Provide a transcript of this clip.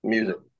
Music